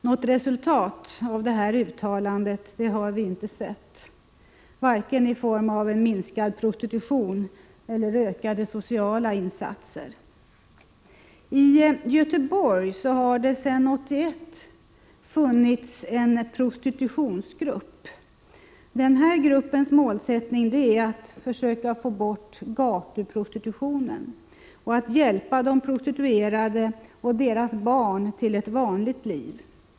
Något resultat av detta uttalande har vi inte sett, varken i form av minskad prostitution eller ökade sociala insatser. I Göteborg har det sedan 1981 funnits en prostitutionsgrupp. Denna grupps målsättning är att försöka få bort gatuprostitutionen och att hjälpa de prostituerade och deras barn till ett vanligt liv.